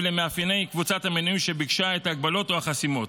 למאפייני קבוצת המנויים שביקשה את ההגבלות או החסימות.